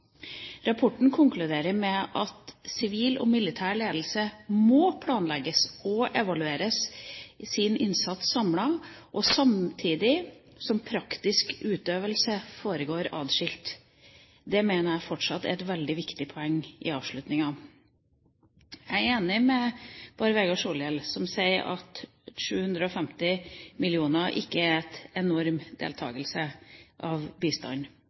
Rapporten konkluderer med at sivil og militær ledelse må planlegges, og at innsatsen må evalueres samlet, samtidig som praktisk utøvelse foregår atskilt. Det mener jeg fortsatt er et veldig viktig poeng i avslutninga. Jeg er enig med Bård Vegar Solhjell som sier at 750 mill. kr ikke er en enorm deltakelse når det gjelder bistand.